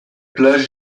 plages